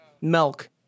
Milk